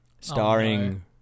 Starring